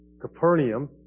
Capernaum